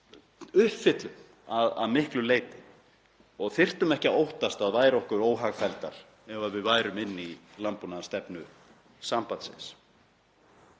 uppfyllum að miklu leyti og þyrftum ekki að óttast að væri okkur óhagfelldar ef við værum inni í landbúnaðarstefnu sambandsins.